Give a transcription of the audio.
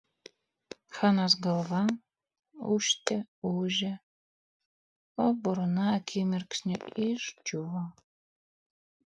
hanos galva ūžte ūžė o burna akimirksniu išdžiūvo